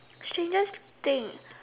strangest thing